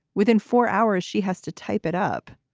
within four hours, she has to type it up